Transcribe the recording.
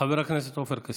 חבר הכנסת עופר כסיף.